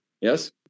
Yes